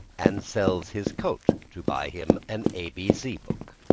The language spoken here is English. and sells his coat to buy him an a b c book.